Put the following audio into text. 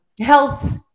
health